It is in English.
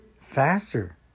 faster